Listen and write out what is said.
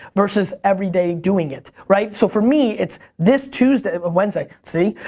versus every day doing it, right. so for me, it's this tuesday, ah wednesday, see?